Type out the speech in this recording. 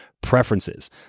preferences